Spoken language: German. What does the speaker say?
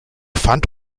fand